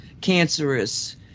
cancerous